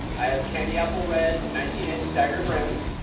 i have candy apple red, nineteen inch staggered rims,